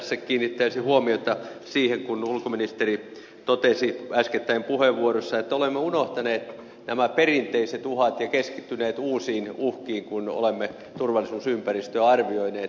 tässä kiinnittäisin huomiota siihen kun ulkoministeri totesi äskettäin puheenvuorossaan että olemme unohtaneet nämä perinteiset uhat ja keskittyneet uusiin uhkiin kun olemme turvallisuus ympäristöä arvioineet